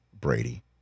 Brady